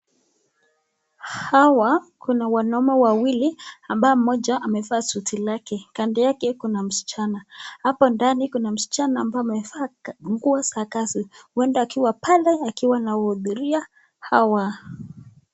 Hawa kuna wanaume wawili ambao moja amevaa suti lake, kando yake kuna msichana. Hapo ndani kuna msichana ambaye amevaa nguo za kazi, uenda akiwa pale, akiwa anaubiria hawa.